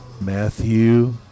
Matthew